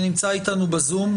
שנמצא איתנו בזום.